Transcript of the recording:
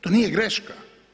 To nije greška.